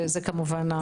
זה כמובן.